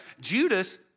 Judas